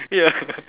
ya